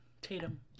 Tatum